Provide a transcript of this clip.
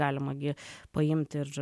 galima gi paimt ir